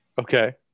Okay